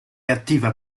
attiva